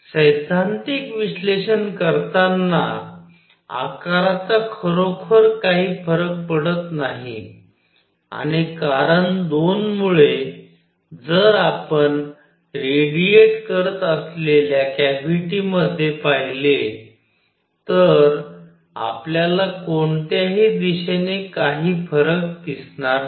सैद्धांतिक विश्लेषण करताना आकाराचा खरोखर काही फरक पडत नाही आणि कारण 2 मुळे जर आपण रेडिएट करत असलेल्या कॅव्हिटीमध्ये पाहिले तर आपल्याला कोणत्याही दिशेने काही फरक दिसणार नाही